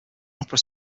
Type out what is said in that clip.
opera